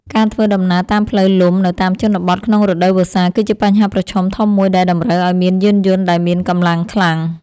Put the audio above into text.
ការធ្វើដំណើរតាមផ្លូវលំនៅតាមជនបទក្នុងរដូវវស្សា គឺជាបញ្ហាប្រឈមធំមួយដែលតម្រូវឱ្យមានយានយន្តដែលមានកម្លាំងខ្លាំង។